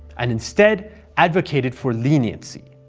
and instead advocated for leniency.